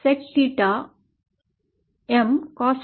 sec theta M